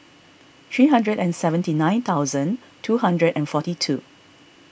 three hundred and seventy nine thousand two hundred and forty two